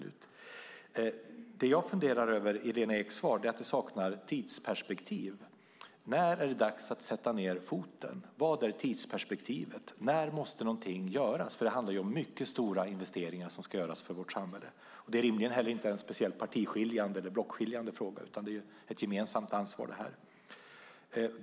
Något som jag funderar över i Lena Eks svar är att det saknar tidsperspektiv. När är det dags att sätta ned foten? Vad är tidsperspektivet? När måste något göras? Det handlar ju om mycket stora investeringar för vårt samhälle. Det är inte någon speciellt partiskiljande eller blockskiljande fråga. Det är ett gemensamt ansvar.